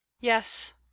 Yes